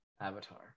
avatar